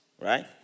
right